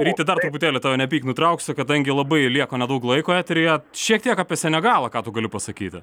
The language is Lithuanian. ryti dar truputėlį tave nepyk nutrauksiu kadangi labai lieka nedaug laiko eteryje šiek tiek apie senegalą ką tu gali pasakyti